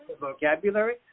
vocabulary